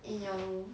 in your room